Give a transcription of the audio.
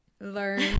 learn